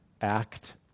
act